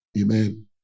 Amen